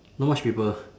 not much people